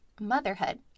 motherhood